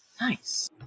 Nice